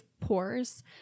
pores